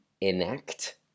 enact